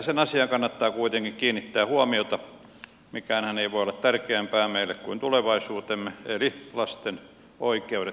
tällaiseen asiaan kannattaa kuitenkin kiinnittää huomiota mikäänhän ei voi tärkeämpää meille kuin tulevaisuutemme eli lasten oikeudet